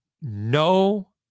no